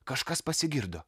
kažkas pasigirdo